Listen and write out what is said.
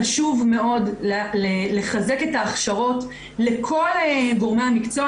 חשוב מאוד לחזק את ההכשרות לכל גורמי המקצוע.